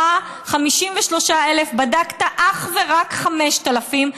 מה-53,000 בדקת אך ורק 5,000,